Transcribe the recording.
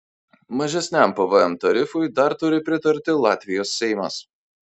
mažesniam pvm tarifui dar turi pritarti latvijos seimas